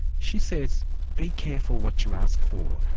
she says be careful what you ask for.